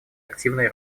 активной